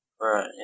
Right